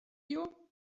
you